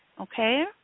Okay